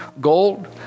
Gold